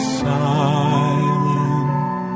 silent